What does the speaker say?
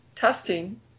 testing